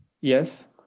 Yes